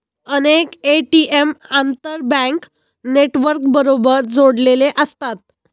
अनेक ए.टी.एम आंतरबँक नेटवर्कबरोबर जोडलेले असतात